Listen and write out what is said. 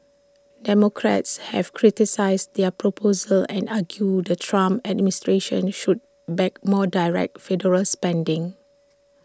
democrats have criticised their proposal and argued the Trump administration should back more direct federal spending